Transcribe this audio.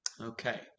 okay